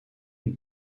une